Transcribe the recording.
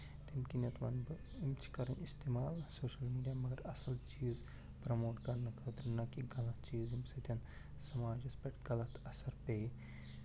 تٔمۍ کِنِتھ وَنہٕ بہٕ أمۍ چھِ کَرٕنۍ اِستعمال سوشَل میٖڈِیا مگر اَصٕل چیٖز پرموٹ کرنہٕ خٲطرٕ نہٕ کہ غلط چیٖز ییٚمہِ سۭتۍ سماجَس پٮ۪ٹھ غلط اثر پیٚیہِ